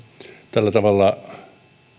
tällä tavalla